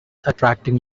attracting